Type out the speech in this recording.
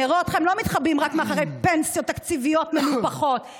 נראה אתכם לא מתחבאים רק מאחורי פנסיות תקציביות מנופחות.